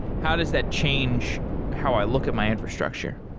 how does that change how i look at my infrastructure?